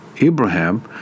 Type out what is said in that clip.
Abraham